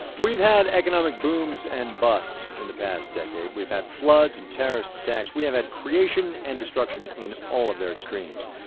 we've had economic booms and busts in the past decade. we've had floods and terrorist attacks. we have had creation and destruction in all of their extremes.